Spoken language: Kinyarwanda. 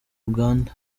uganda